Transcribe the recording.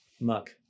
muck